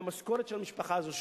מהמשכורת של המשפחה הזאת.